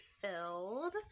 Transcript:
filled